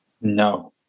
No